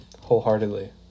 wholeheartedly